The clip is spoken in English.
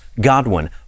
Godwin